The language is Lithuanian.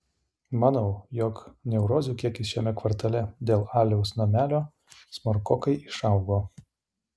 manau jog neurozių kiekis šiame kvartale dėl aliaus namelio smarkokai išaugo